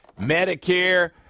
Medicare